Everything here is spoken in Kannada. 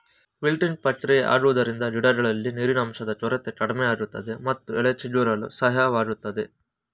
ವಿಲ್ಟಿಂಗ್ ಪ್ರಕ್ರಿಯೆ ಆಗುವುದರಿಂದ ಗಿಡಗಳಲ್ಲಿ ನೀರಿನಂಶದ ಕೊರತೆ ಕಡಿಮೆಯಾಗುತ್ತದೆ ಮತ್ತು ಎಲೆ ಚಿಗುರಲು ಸಹಾಯವಾಗುತ್ತದೆ